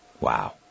Wow